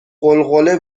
غلغله